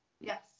Yes